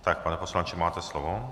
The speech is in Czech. Tak, pane poslanče, máte slovo.